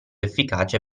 efficace